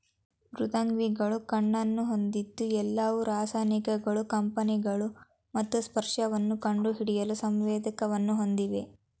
ಮೃದ್ವಂಗಿಗಳು ಕಣ್ಣನ್ನು ಹೊಂದಿದ್ದು ಎಲ್ಲವು ರಾಸಾಯನಿಕಗಳು ಕಂಪನಗಳು ಮತ್ತು ಸ್ಪರ್ಶವನ್ನು ಕಂಡುಹಿಡಿಯಲು ಸಂವೇದಕವನ್ನು ಹೊಂದಿವೆ